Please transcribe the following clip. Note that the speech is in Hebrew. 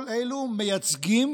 כל אלו מייצגים